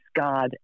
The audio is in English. God